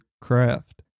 craft